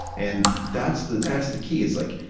and that's the that's the key. it's like,